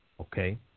Okay